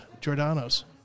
Giordano's